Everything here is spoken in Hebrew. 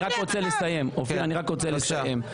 טוב, מירב בן ארי --- אופיר, אני רוצה לסיים.